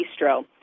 Bistro